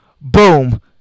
Boom